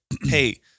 hey